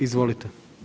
Izvolite.